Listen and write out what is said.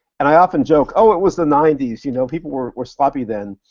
and i often joke, oh, it was the ninety s. you know people were were sloppy then.